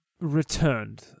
returned